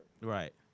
Right